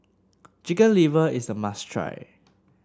Chicken Liver is a must try